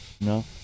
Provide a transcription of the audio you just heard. No